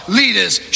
leaders